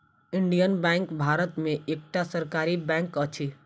Indian Bank भारत में एकटा सरकारी बैंक अछि